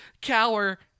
cower